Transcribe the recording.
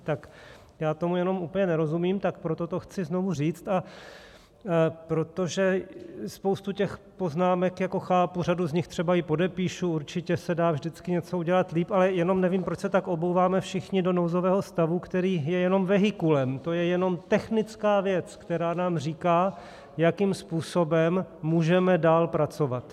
Tak já tomu jenom úplně nerozumím, proto to chci znovu říct, protože spoustu těch poznámek chápu, řadu z nich třeba i podepíšu, určitě se dá vždycky něco udělat líp, ale jenom nevím, proč se tak obouváme všichni do nouzového stavu, který je jenom vehikulem, to je jenom technická věc, která nám říká, jakým způsobem můžeme dál pracovat.